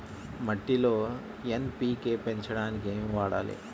మట్టిలో ఎన్.పీ.కే పెంచడానికి ఏమి వాడాలి?